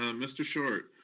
um mr. short.